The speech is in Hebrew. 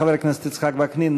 חבר הכנסת יצחק וקנין,